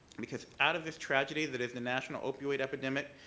because out of this tragedy that is the national opioid epidemic,